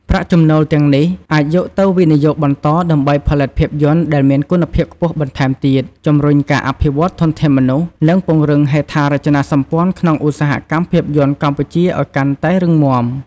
ប្រាក់ចំណូលទាំងនេះអាចយកទៅវិនិយោគបន្តដើម្បីផលិតភាពយន្តដែលមានគុណភាពខ្ពស់បន្ថែមទៀត ជំរុញការអភិវឌ្ឍធនធានមនុស្ស និងពង្រឹងហេដ្ឋារចនាសម្ព័ន្ធក្នុងឧស្សាហកម្មភាពយន្តកម្ពុជាឱ្យកាន់តែរឹងមាំ។